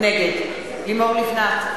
נגד לימור לבנת,